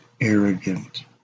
arrogant